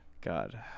God